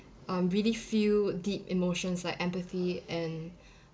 um really feel deep emotions like empathy and